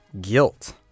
guilt